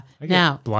Now